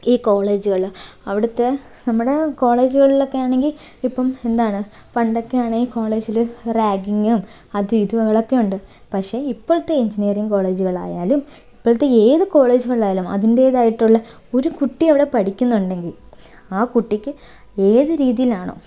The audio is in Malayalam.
ഈ കോളേജുകൾ അവിടുത്തെ നമ്മുടെ കോളേജുകളിലൊക്കെയാണെങ്കിൽ ഇപ്പം എന്താണ് പണ്ടൊക്കെയാണെങ്കിൽ കോളേജിൽ റാഗിങ്ങും അതും ഇതുകളൊക്കെയുണ്ട് പക്ഷേ ഇപ്പോഴത്തെ എൻജിനീയറിങ് കോളേജുകളായാലും ഇപ്പോഴത്തെ ഏത് കോളേജുകളായാലും അതിൻറ്റേതായിട്ടുള്ള ഒരു കുട്ടി അവിടെ പഠിക്കുന്നുണ്ടെങ്കിൽ ആ കുട്ടിക്ക് ഏത് രീതിയിലാണോ